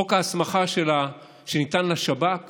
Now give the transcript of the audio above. חוק ההסמכה שניתן לשב"כ